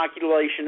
inoculation